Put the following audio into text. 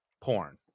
porn